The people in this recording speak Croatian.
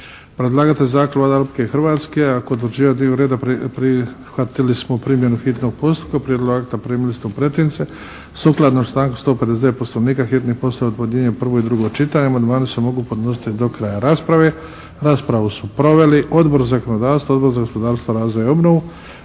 Predlagatelj zakona je Vlada Republike Hrvatske. Kod odlučivanja o dnevnom redu prihvatili smo primjenu hitnog postupka. Prijedlog akta primili ste u pretince. Sukladno članku 159. Poslovnika hitni postupak obejdinjuje prvo i drugo čitanje. Amandmani se mogu podnositi do kraja rasprave. Raspravu su proveli Odbor za zakonodavstvo, Odbor za gospodarstvo, razvoj i obnovu.